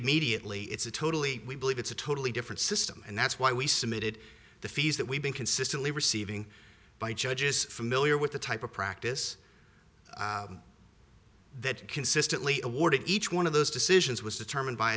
immediately it's a totally we believe it's a totally different system and that's why we submitted the fees that we've been consistently receiving by judges familiar with the type of practice that consistently awarded each one of those decisions was determined by